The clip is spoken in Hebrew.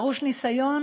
דרוש ניסיון.